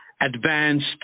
advanced